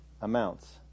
amounts